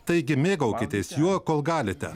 taigi mėgaukitės juo kol galite